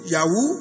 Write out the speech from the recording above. Yahoo